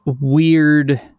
weird